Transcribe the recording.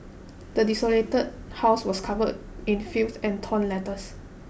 the desolated house was covered in filth and torn letters